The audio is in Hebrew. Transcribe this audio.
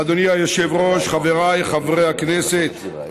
אדוני היושב-ראש, חבריי חברי הכנסת,